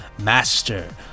Master